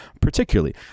particularly